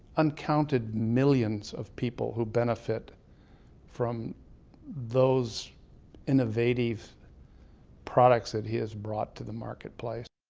uncounted millions of people who benefit from those innovative products that he has brought to the marketplace.